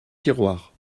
tiroirs